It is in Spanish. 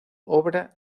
obra